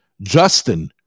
Justin